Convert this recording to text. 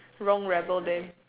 wrong ramble day